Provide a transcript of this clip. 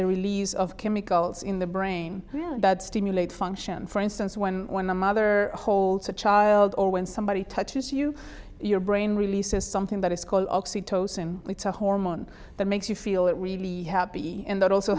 the release of chemicals in the brain that stimulate function for instance when when a mother holds a child or when somebody touches you your brain releases something that is called oxytocin it's a hormone that makes you feel it really happy and that also